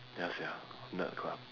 ya sia nerd club